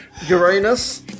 Uranus